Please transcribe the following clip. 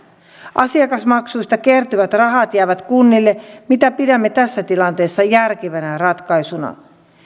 asiakasmaksuista kertyvät rahat jäävät kunnille mitä pidämme tässä tilanteessa järkevänä ratkaisuna